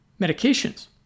medications